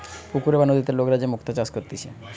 পুকুরে বা নদীতে লোকরা যে মুক্তা চাষ করতিছে